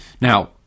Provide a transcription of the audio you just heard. now